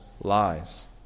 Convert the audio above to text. lies